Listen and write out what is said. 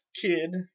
kid